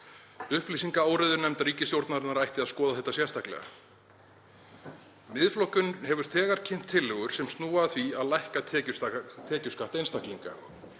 Upplýsingaóreiðunefnd ríkisstjórnarinnar ætti að skoða þetta sérstaklega. Miðflokkurinn hefur þegar kynnt tillögur sem snúa að því að lækka tekjuskatt einstaklinga.